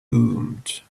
boomed